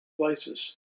places